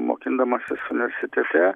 mokindamasis universitete